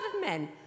men